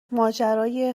ماجرای